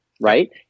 right